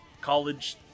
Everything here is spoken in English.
college